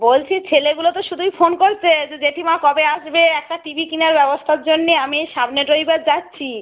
বলছি ছেলেগুলো তো শুধুই ফোন করছে যে জেঠিমা কবে আসবে একটা টি ভি কেনার ব্যবস্থার জন্যে আমি এই সামনের রবিবার যাচ্ছি